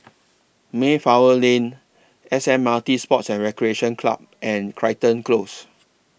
Mayflower Lane S M R T Sports and Recreation Club and Crichton Close